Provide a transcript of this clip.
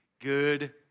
good